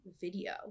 video